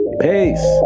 Peace